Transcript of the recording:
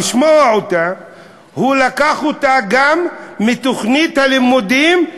הוא לקח אותה גם מתוכנית הלימודים,